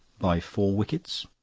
by four wickets.